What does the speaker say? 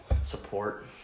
Support